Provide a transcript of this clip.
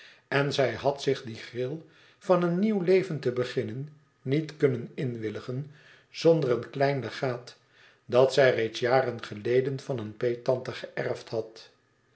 en zij had zich dien gril van een nieuw leven te beginnen niet kunnen inwilligen zonder een klein legaat dat zij reeds jaren geleden van een peettante geërfd had